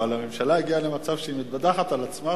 אבל הממשלה הגיעה למצב שהיא מתבדחת על עצמה.